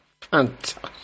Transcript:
fantastic